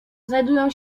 znajdują